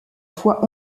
foi